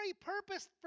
purpose